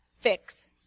fix